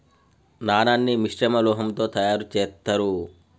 నాణాన్ని మిశ్రమ లోహంతో తయారు చేత్తారు